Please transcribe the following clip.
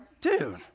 dude